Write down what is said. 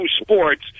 sports